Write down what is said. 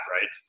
right